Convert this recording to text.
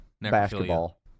basketball